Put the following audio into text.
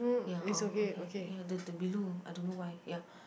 ya uh okay ya the the below I don't know why ya